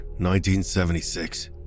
1976